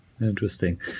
Interesting